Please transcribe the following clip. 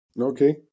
okay